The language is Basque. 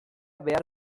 behar